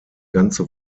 ganze